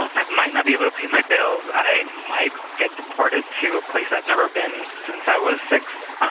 i might not be able to pay my bills. i might get deported to a place i've never been since i was six.